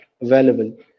available